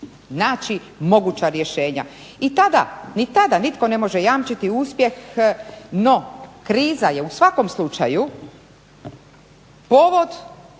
naći moguća rješenja. Ni tada nitko ne može jamčiti uspjeh. No kriza je u svakom slučaju povod